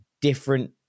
different